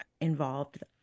involved